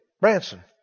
Branson